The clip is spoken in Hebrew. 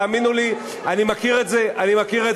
תאמינו לי, אני מכיר את זה היטב.